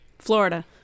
Florida